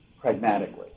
pragmatically